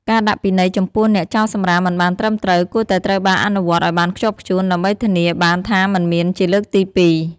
ការដាក់ពិន័យចំពោះអ្នកចោលសំរាមមិនបានត្រឹមត្រូវ គួរតែត្រូវបានអនុវត្តឲ្យបានខ្ជាប់ខ្ជួន ដើម្បីធានាបានថាមិនមានជាលើកទីពីរ។